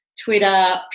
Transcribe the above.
Twitter